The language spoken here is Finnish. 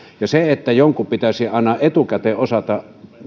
minusta käsittämätöntä että jonkun pitäisi aina etukäteen osata